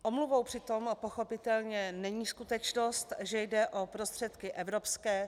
Omluvou přitom pochopitelně není skutečnost, že jde o prostředky evropské.